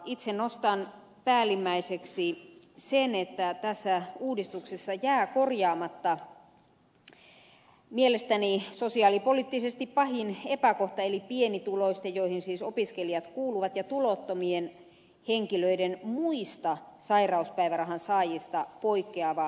itse nostan päällimmäiseksi sen että tässä uudistuksessa jää korjaamatta mielestäni sosiaalipoliittisesti pahin epäkohta eli pienituloisten joihin siis opiskelijat kuuluvat ja tulottomien henkilöiden muista sairauspäivärahan saajista poikkeava omavastuuaika